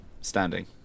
Standing